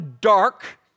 dark